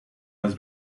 las